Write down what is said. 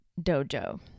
dojo